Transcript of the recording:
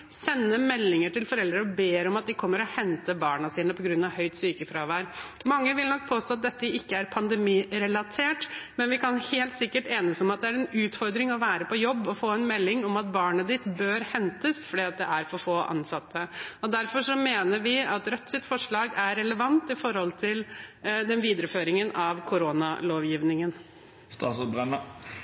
meldinger til foreldre og ber om at de kommer og henter barna sine på grunn av høyt sykefravær. Mange vil nok påstå at dette ikke er pandemirelatert, men vi kan helt sikkert enes om at det er utfordring å være på jobb og få en melding om at barnet ditt bør hentes fordi det er for få ansatte. Derfor mener vi at Rødts forslag er relevant med hensyn til videreføringen av koronalovgivningen.